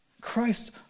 Christ